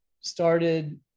started